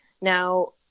now